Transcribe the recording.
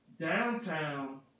Downtown